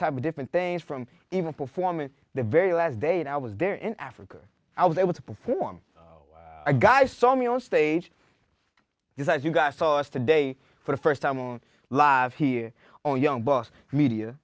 type of different things from even performing the very last day i was there in africa i was able to perform a guy saw me on stage you guys you guys saw us today for the st time live here on young bus media